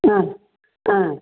ஆ ஆ